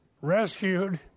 rescued